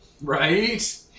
Right